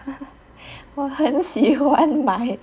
!wah! 我很喜欢买